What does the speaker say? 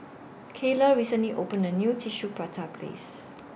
Kyleigh recently opened A New Tissue Prata Restaurant